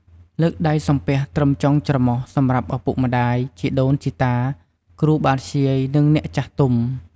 លើកដៃសំពះត្រឹមចុងច្រមុះ សម្រាប់ឪពុកម្តាយ ជីដូនជីតា គ្រូបាធ្យាយ និងអ្នកចាស់ទុំ។